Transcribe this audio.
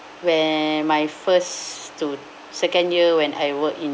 when my first to second year when I work in